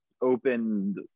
opened